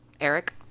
Eric